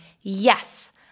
yes